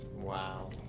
Wow